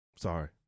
Sorry